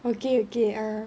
okay okay err